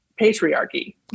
patriarchy